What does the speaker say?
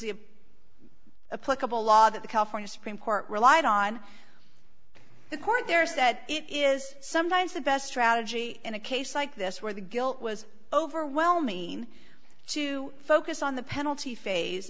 that the california supreme court relied on the court there said it is sometimes the best strategy in a case like this where the guilt was overwhelming to focus on the penalty phase